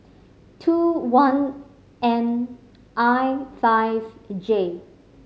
two one N I five J